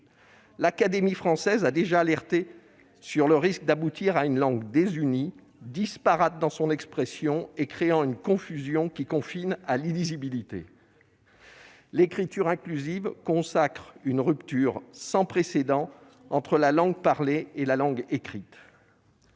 L'Académie française a déjà alerté sur le risque d'aboutir à une langue désunie, disparate dans son expression et créant une confusion qui confine à l'illisibilité. Très bien ! L'écriture inclusive consacre une rupture sans précédent entre la langue parlée et la langue écrite.